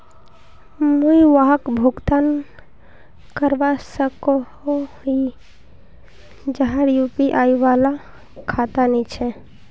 मुई वहाक भुगतान करवा सकोहो ही जहार यु.पी.आई वाला खाता नी छे?